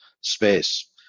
space